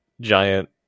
giant